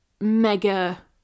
mega